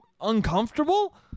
uncomfortable